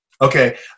Okay